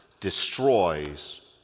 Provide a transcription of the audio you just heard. destroys